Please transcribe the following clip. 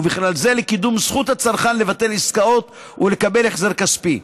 ובכלל זה לקידום זכות הצרכן לבטל עסקאות ולקבל החזר כספי.